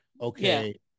okay